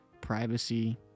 privacy